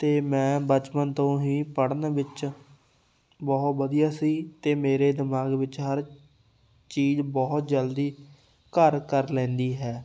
ਅਤੇ ਮੈਂ ਬਚਪਨ ਤੋਂ ਹੀ ਪੜ੍ਹਨ ਵਿੱਚ ਬਹੁਤ ਵਧੀਆ ਸੀ ਅਤੇ ਮੇਰੇ ਦਿਮਾਗ ਵਿੱਚ ਹਰ ਚੀਜ਼ ਬਹੁਤ ਜਲਦੀ ਘਰ ਕਰ ਲੈਂਦੀ ਹੈ